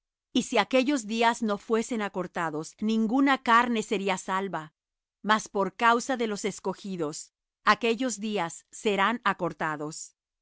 y si aquellos días no fuesen acortados ninguna carne sería salva mas por causa de los escogidos aquellos días serán acortados